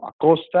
Acosta